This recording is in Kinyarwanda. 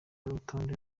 urutonde